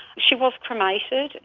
she was cremated,